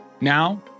Now